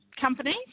companies